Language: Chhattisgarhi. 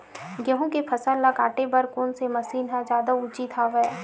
गेहूं के फसल ल काटे बर कोन से मशीन ह जादा उचित हवय?